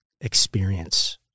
experience